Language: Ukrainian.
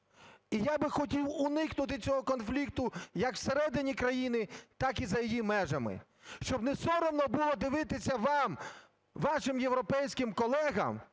І я би хотів уникнути цього конфлікту як всередині країни, так і за її межами, щоб не соромно було дивитися вам вашим європейським колегам,